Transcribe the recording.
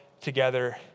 together